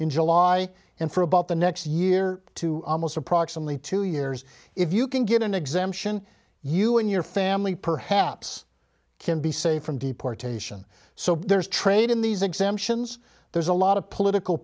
in july and for about the next year to almost approximately two years if you can get an exemption you and your family perhaps can be safe from deportation so there's trade in these exemptions there's a lot of political